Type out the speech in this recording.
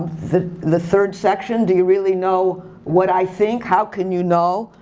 the the third section, do you really know what i think, how can you know?